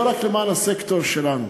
לא רק למען הסקטור שלנו.